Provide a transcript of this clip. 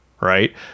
Right